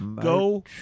go